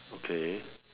okay